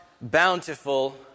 bountiful